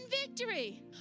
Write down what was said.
victory